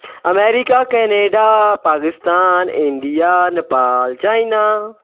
America Canada Pakistan India Nepal China